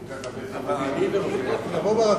הוא רואה כל כך הרבה חמורים, יבוא ברכבת.